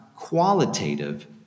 Qualitative